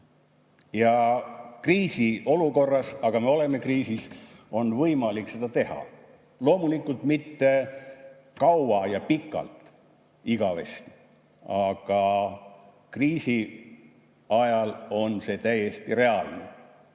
Kriisiolukorras – ja me oleme kriisis – on võimalik seda teha. Loomulikult mitte kaua ja pikalt, igavesti. Aga kriisi ajal on see täiesti reaalne